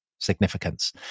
significance